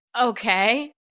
Okay